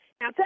Now